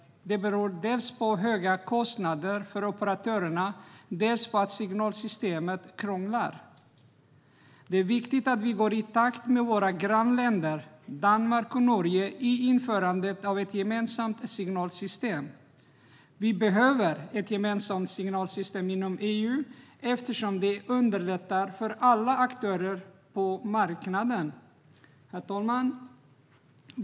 Det beror dels på de höga kostnaderna för operatörerna, dels på att signalsystemet krånglar. Det är viktigt att vi går i takt med våra grannländer, Danmark och Norge, vid införandet av ett gemensamt signalsystem. Vi behöver ett gemensamt signalsystem inom EU eftersom det underlättar för alla aktörer på marknaden. Herr talman!